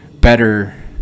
better